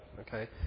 Okay